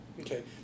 Okay